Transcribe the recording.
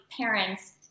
parents